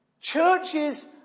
Churches